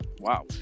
Wow